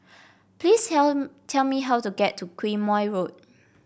please tell tell me how to get to Quemoy Road